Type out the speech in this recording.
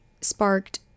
sparked